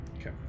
Okay